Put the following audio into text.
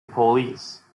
police